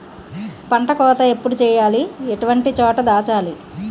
పంట కోత ఎప్పుడు చేయాలి? ఎటువంటి చోట దాచాలి?